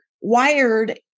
wired